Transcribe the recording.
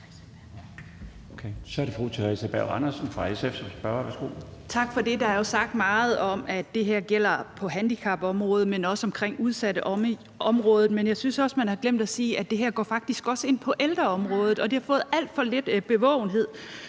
Tak for det. Der er jo sagt meget om, at det her gælder på handicapområdet, men også på udsatteområdet. Jeg synes også, at man har glemt at sige, at det her faktisk også går ind på ældreområdet, og det har fået alt for lidt bevågenhed.